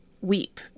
weep